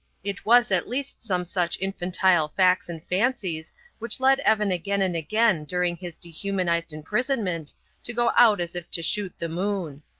it was at least some such infantile facts and fancies which led evan again and again during his dehumanized imprisonment to go out as if to shoot the moon.